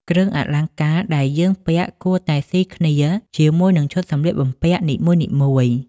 គ្រឿងអលង្ការដែលយើងពាក់គួរតែស៊ីគ្នាជាមួយនឹងឈុតសម្លៀកបំពាក់នីមួយៗ ។